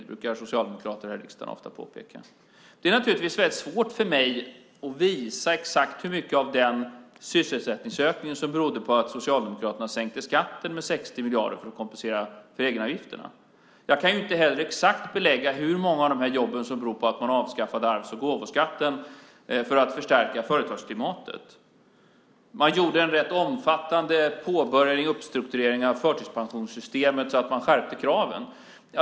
Det brukar socialdemokrater här i riksdagen ofta påpeka. Det är naturligtvis väldigt svårt för mig att visa exakt hur mycket av den sysselsättningsökningen som berodde på att Socialdemokraterna sänkte skatten med 60 miljarder för att kompensera för egenavgifterna. Jag kan inte heller exakt belägga hur många av de här jobben som beror på att man avskaffade arvs och gåvoskatten för att förstärka företagsklimatet. Man påbörjade en rätt omfattande omstrukturering av förtidspensionssystemet på så sätt att man skärpte kraven.